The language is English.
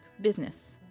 business